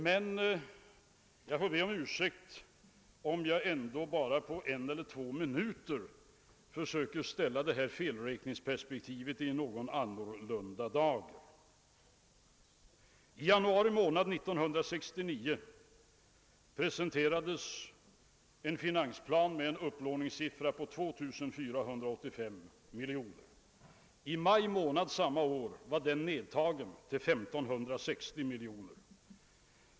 Men jag får be om ursäkt, om jag ändå — bara på en eller två minuter — försöker ställa felräkningsperspektivet i en något annorlunda dager. I januari månad 1969 presenterades en finansplan med en upplåningssiffra för 1969/70 på 2 490 miljoner. I maj månad samma år var den nedtagen till 1560 miljoner.